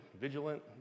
vigilant